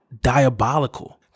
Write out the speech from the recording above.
diabolical